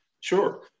Sure